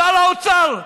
שר האוצר,